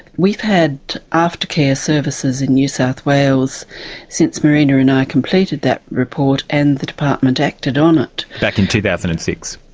we've had after-care services in new south wales since marina and i completed that report and the department acted on it. back in two thousand and and six.